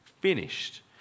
finished